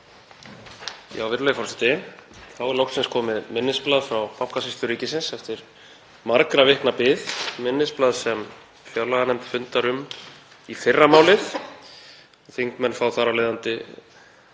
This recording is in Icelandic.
Virðulegur forseti. Þá er loksins komið minnisblað frá Bankasýslu ríkisins eftir margra vikna bið, minnisblað sem fjárlaganefnd fundar um í fyrramálið. Þingmenn fá þar af leiðandi